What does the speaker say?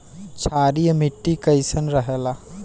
क्षारीय मिट्टी कईसन रहेला?